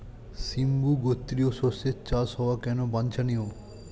সিম্বু গোত্রীয় শস্যের চাষ হওয়া কেন বাঞ্ছনীয়?